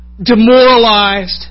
demoralized